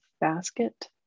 basket